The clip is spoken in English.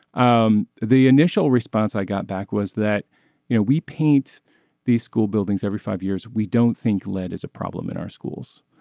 um the initial response i got back was that you know we paint these school buildings every five years we don't think led is a problem in our schools.